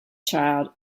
child